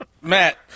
Matt